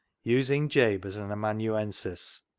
using jabe as an amanuensis,